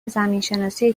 زمینشناسی